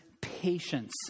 patience